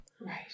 right